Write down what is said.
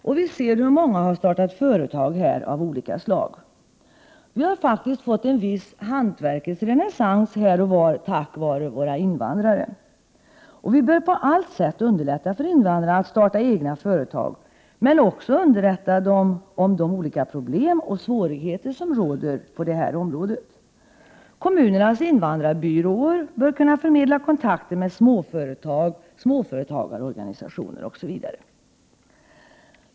Vi kan se att många av dem har startat företag här av olika slag. Tack vare våra invandrare har vi fått en viss hantverkets renässans. Vi bör på alla sätt underlätta för invandrarna att starta egna företag, men också underrätta dem om de problem och svårigheter som de kan möta på detta område. Kommunernas invandrarbyråer bör kunna förmedla kontakter med småföretag, småföretagarorganisationer osv.